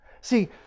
See